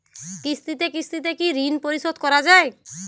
কিস্তিতে কিস্তিতে কি ঋণ পরিশোধ করা য়ায়?